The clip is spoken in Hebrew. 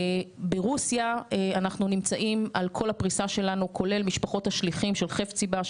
ברוסיה אנחנו נמצאים על כל הפריסה שלנו כולל משפחות השליחים של חפציבה,